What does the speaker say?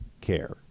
care